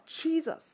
Jesus